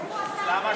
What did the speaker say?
ברור.